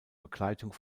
begleitung